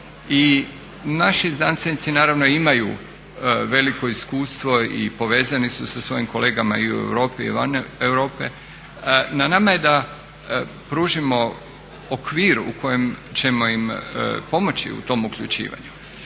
I naši znanstvenici naravno imaju veliko iskustvo i povezani su sa svojim kolegama i u Europi i van Europe. Na nama je da pružimo okvir u kojem ćemo im pomoći u tom uključivanju.